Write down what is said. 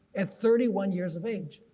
at thirty one years of age.